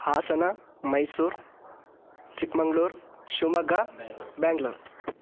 Hassan Mysore Chikmagalur Shivamogga Bangalore